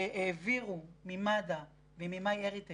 והעבירו ממד"א ומ-MyHeritage